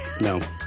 No